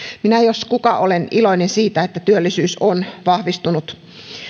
minä jos kuka olen iloinen siitä että työllisyys on vahvistunut